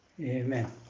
Amen